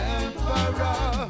emperor